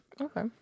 Okay